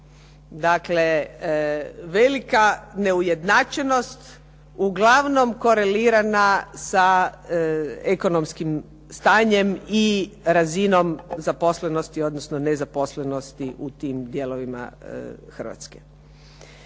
Dakle, velika neujednačenost uglavnom korelirana sa ekonomskim stanjem i razinom zaposlenosti, odnosno nezaposlenosti u tim dijelovima Hrvatske.